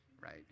right